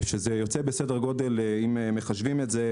בסדר גודל אם מחשבים את זה,